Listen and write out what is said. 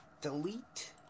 Delete